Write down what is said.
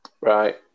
Right